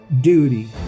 duty